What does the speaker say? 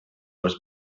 was